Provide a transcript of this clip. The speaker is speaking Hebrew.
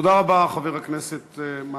חבר הכנסת מקלב.